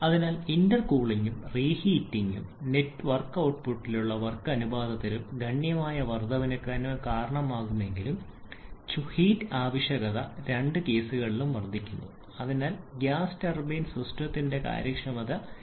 അതിനാൽ ഇന്റർകൂളിംഗും റീഹീറ്റിംഗും നെറ്റ്വർക്ക് ഔട്ട്പുട്ടിലും വർക്ക് അനുപാതത്തിലും ഗണ്യമായ വർദ്ധനവിന് കാരണമാകുമെങ്കിലും ചൂട് ഇൻപുട്ട് ആവശ്യകത രണ്ട് കേസുകളിലും വർദ്ധിക്കുന്നു അതിനാൽ ഗ്യാസ് ടർബൈൻ സിസ്റ്റത്തിന്റെ കാര്യക്ഷമതയെ ബാധിച്ചേക്കാം